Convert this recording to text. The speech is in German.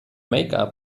make